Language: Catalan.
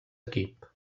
equip